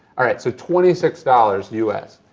all right, so twenty six dollars us.